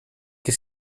que